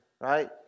right